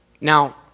Now